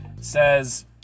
says